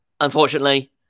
Unfortunately